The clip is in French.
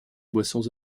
boissons